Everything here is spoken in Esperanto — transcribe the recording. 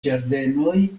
ĝardenoj